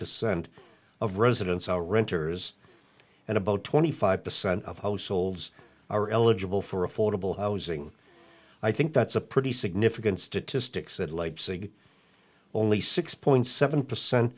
percent of residents are renters and about twenty five percent of households are eligible for affordable housing i think that's a pretty significant statistics at leipzig only six point seven percent